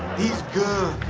he's good.